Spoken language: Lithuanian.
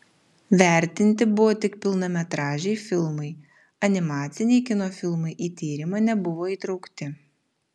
vertinti buvo tik pilnametražiai filmai animaciniai kino filmai į tyrimą nebuvo įtraukti